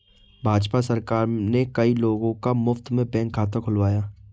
भाजपा सरकार ने कई लोगों का मुफ्त में बैंक खाता खुलवाया